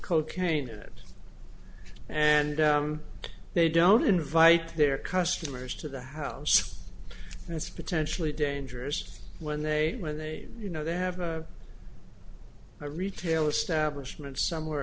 cocaine in it and they don't invite their customers to the house and it's potentially dangerous when they when they you know they have a retail establishment somewhere